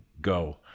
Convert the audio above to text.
go